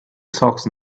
socks